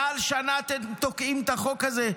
מעל שנה אתם תוקעים את החוק הזה,